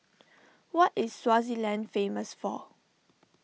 what is Swaziland famous for